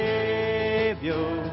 Savior